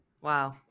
Wow